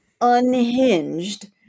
unhinged